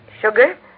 sugar